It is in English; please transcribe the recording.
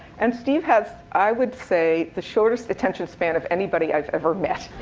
and steve has, i would say, the shortest attention span of anybody i've ever met.